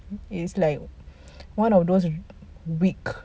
merapek it's like one of those weak